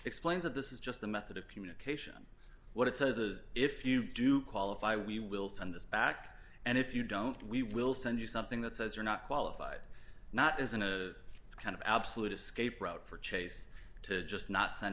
explains of this is just a method of communication what it says is if you do qualify we will send this back and if you don't we will send you something that says you're not qualified not isn't a kind of absolute escape route for chase to just not send